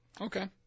Okay